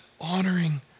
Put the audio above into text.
Honoring